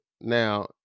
now